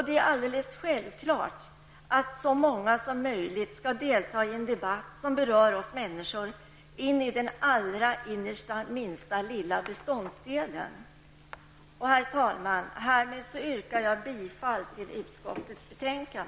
Det är alldeles självklart att så många som möjligt skall delta i en debatt som berör oss människor in i den allra innersta minsta lilla beståndsdelen. Herr talman! Härmed yrkar jag bifall till utskottets hemställan.